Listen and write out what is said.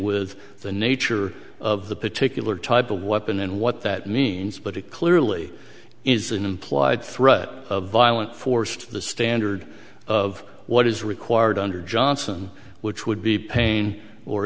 with the nature of the particular type of weapon and what that means but it clearly is an implied threat of violent force to the standard of what is required under johnson which would be pain or